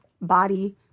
body